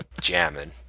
jamming